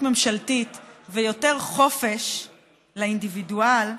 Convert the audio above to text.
ממשלתית ויותר חופש לאינדיבידואל,